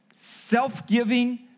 self-giving